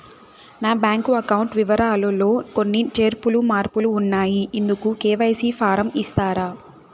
నా bank account వివరాలు లో కొన్ని చేర్పులు మార్పులు ఉన్నాయి, ఇందుకు కె.వై.సి ఫారం ఇస్తారా?